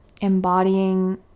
embodying